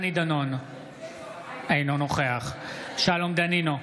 אינו נוכח שלום דנינו,